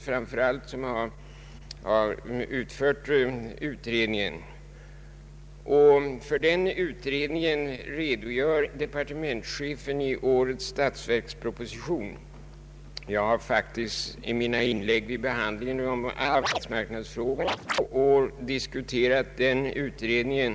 För den utredningen redogör departementschefen i årets statsverksproposition. Jag har i mina inlägg vid behandlingen av arbetsmarknadsfrågorna de två senaste åren redan diskuterat den utredningen.